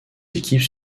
équipes